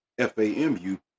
FAMU